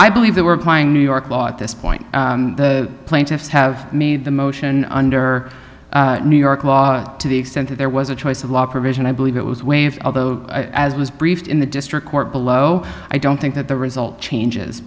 i believe they were applying new york law at this point the plaintiffs have made the motion under new york law to the extent that there was a choice of law provision i believe it was waived although i as was briefed in the district court below i don't think that the result changes